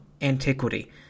antiquity